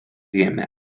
jame